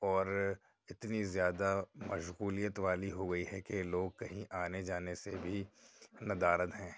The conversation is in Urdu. اور اتنی زیادہ مشغولیت والی ہوگئی ہے کہ لوگ کہیں آنے جانے سے بھی ندارت ہیں